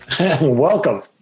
Welcome